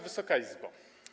Wysoka Izbo!